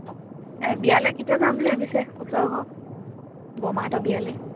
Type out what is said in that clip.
অ বিয়ালৈ কেতিয়া যাম বুলি ভাবিছে ওচৰৰ ঘৰৰ বৰমাহঁতৰ বিয়ালৈ